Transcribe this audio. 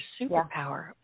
superpower